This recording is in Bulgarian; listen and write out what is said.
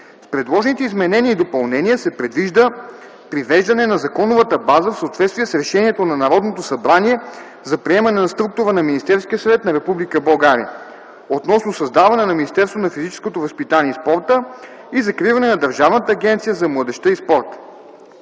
предложените изменения и допълнения се предвижда привеждане на законовата база в съответствие с решението на Народното събрание за приемане на структура на Министерския съвет на Република България относно създаване на Министерство на физическото възпитание и спорта и закриване на Държавната агенция за младежта и спорта.